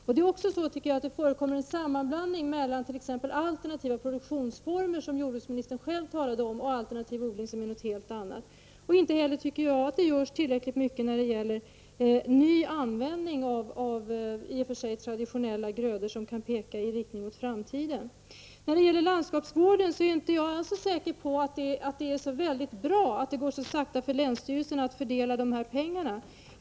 Jag tycker även att det förekommer en sammanblandning mellan alternativa produktionsformer, som jordbruksministern själv talade om, och alternativ odling som är något helt annat. Jag tycker inte heller att det görs tillräckligt mycket när det gäller ny användning av i och för sig traditionella grödor som kan peka i riktning mot framtiden. När det gäller landskapsvården är jag inte alls säker på att det är så bra att det går så sakta för länsstyrelserna att fördela de här pengarna.